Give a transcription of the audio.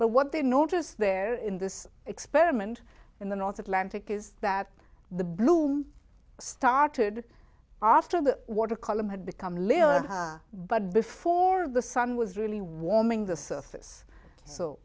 but what they noticed there in this experiment in the north atlantic is that the bloom started after the water column had become little but before the sun was really warming the surface so